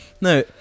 No